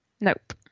Nope